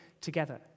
together